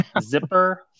zipper